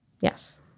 Yes